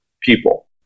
people